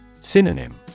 Synonym